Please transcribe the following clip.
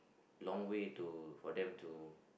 long way to for them to